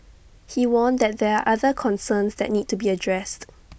he warned that there are other concerns that need to be addressed